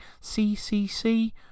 CCC